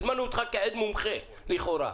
הזמנו אותך כעד מומחה, לכאורה.